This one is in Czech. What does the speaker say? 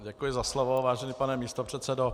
Děkuji za slovo, vážený pane místopředsedo.